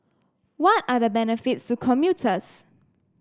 what are the benefits to commuters